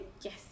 Yes